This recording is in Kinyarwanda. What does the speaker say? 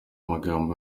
magambo